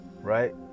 right